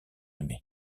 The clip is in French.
aimé